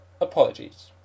Apologies